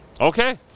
Okay